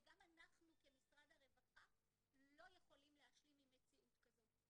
וגם אנחנו כמשרד הרווחה לא יכולים להשלים עם מציאות כזו,